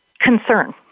concern